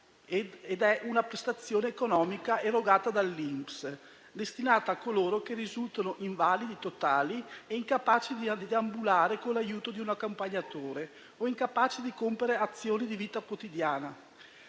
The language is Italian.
ed è una prestazione economica erogata dall'INPS, destinata a coloro che risultano invalidi totali e incapaci di deambulare con l'aiuto di un accompagnatore o incapaci di compiere azioni di vita quotidiana.